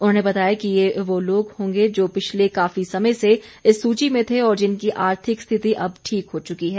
उन्होंने बताया कि ये वो लोग होंगे जो पिछले काफी समय से इस सूची में थे और जिनकी आर्थिक स्थिति अब ठीक हो चुकी है